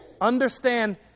understand